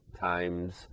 Times